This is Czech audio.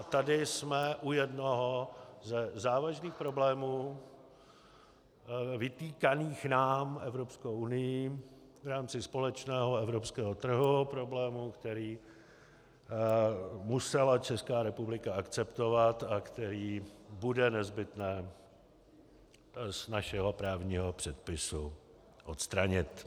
A tady jsme u jednoho ze závažných problémů vytýkaných nám Evropskou unií v rámci společného evropského trhu, problému, který musela Česká republika akceptovat a který bude nezbytné z našeho právního předpisu odstranit.